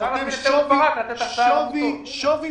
חותם שווי